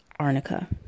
arnica